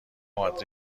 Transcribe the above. عادی